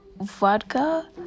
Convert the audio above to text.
vodka